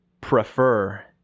Prefer